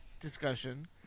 discussion